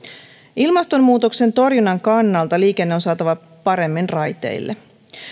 ilmastonmuutoksen torjunnan kannalta liikenne on saatava paremmin raiteille